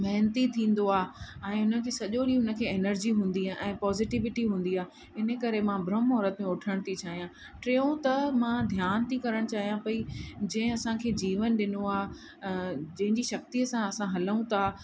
महिनती थींदो आहे ऐं उन खे सॼो ॾींहं उन खे एनर्जी हूंदी आहे ऐं पॉज़िटिविटी हूंदी आहे इन करे मां ब्रह्म मुहूरत में उथण थी चाहियां ट्रियों त मां ध्यान थी करणु चाहियां पई जंहिं असांखे जीवन ॾिनो आहे जंहिंजी शक्तिअ सां असां हलऊं था